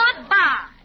Goodbye